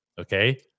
okay